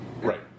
Right